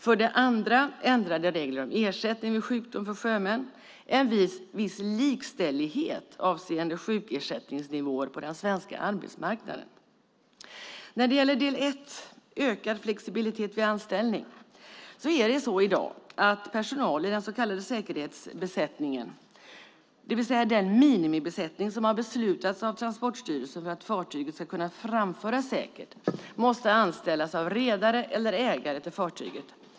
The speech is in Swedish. För det andra handlar den om ändrade regler om ersättning vid sjukdom för sjömän - en viss likställighet avseende sjukersättningsnivån på den svenska arbetsmarknaden. När det gäller del ett, ökad flexibilitet vid anställning, är det i dag så att personalen i den så kallade säkerhetsbesättningen - det vill säga den minimibesättning som har beslutats av Transportstyrelsen för att fartyget ska kunna framföras säkert - måste anställas av redare eller ägare till fartyget.